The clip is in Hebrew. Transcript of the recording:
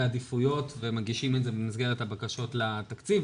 העדיפויות ומגישים את זה במסגרת הבקשות לתקציב.